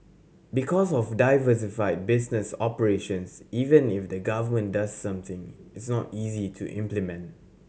because of diversified business operations even if the Government does something it's not easy to implement